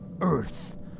Earth